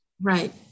Right